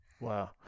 Wow